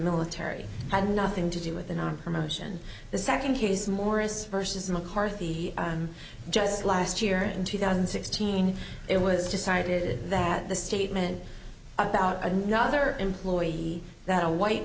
military had nothing to do with an arm or motion the second case morris versus mccarthy just last year in two thousand and sixteen it was decided that the statement about another employee that a white